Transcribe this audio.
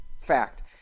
fact